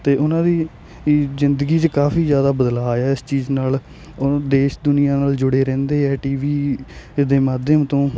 ਅਤੇ ਉਨ੍ਹਾਂ ਦੀ ਜ਼ਿੰਦਗੀ 'ਚ ਕਾਫ਼ੀ ਜ਼ਿਆਦਾ ਬਦਲਾਅ ਆਇਆ ਇਸ ਚੀਜ਼ ਨਾਲ ਉਨ ਦੇਸ਼ ਦੁਨੀਆਂ ਨਾਲ ਜੁੜੇ ਰਹਿੰਦੇ ਹੈ ਟੀਵੀ ਦੇ ਮਾਧਿਅਮ ਤੋਂ